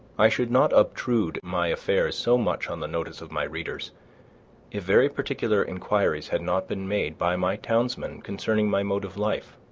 i should not obtrude my affairs so much on the notice of my readers if very particular inquiries had not been made by my townsmen concerning my mode of life,